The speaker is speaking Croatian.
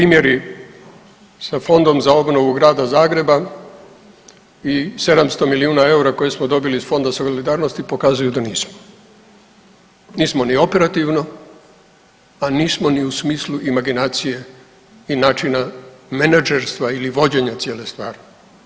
Primjeri sa Fondom grada Zagreba i 700 milijuna eura koje smo dobili iz Fonda solidarnosti pokazuju da nismo, nismo ni operativno, a nismo ni u smislu imaginacije i načina menagerstva ili vođenja cijele stvari.